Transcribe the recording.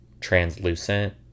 translucent